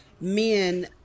men